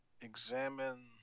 examine